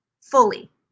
fully